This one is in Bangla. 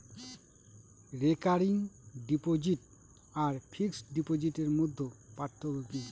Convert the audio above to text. রেকারিং ডিপোজিট আর ফিক্সড ডিপোজিটের মধ্যে পার্থক্য কি?